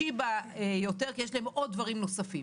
שיבא פחות בגירעון כי יש להם עוד דברים נוספים.